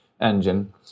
engine